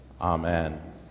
amen